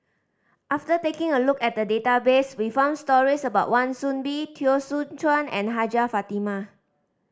after taking a look at the database we found stories about Wan Soon Bee Teo Soon Chuan and Hajjah Fatimah